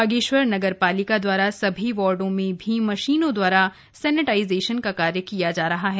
बागेश्वर नगर पालिका द्वारा सभी वार्डो में भी मशीनों द्वारा सेनिटाइजेशन का भी कार्य किया जा रहा है